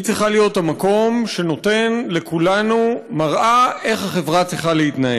היא צריכה להיות המקום שנותן לכולנו מראה איך החברה צריכה להתנהל,